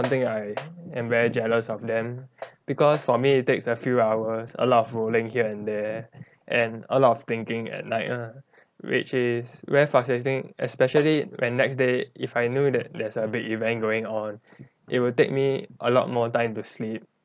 something I am very jealous of them because for me it takes a few hours a lot of rolling here and there and a lot of thinking at night ah which is very frustrating especially when next day if I knew that there's a big event going on it will take me a lot more time to sleep